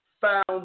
found